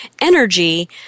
energy